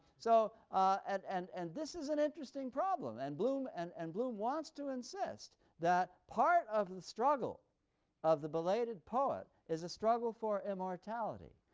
so and and and this is an interesting problem, and bloom and and bloom wants to insist that part of the struggle of the belated poet is a struggle for immortality.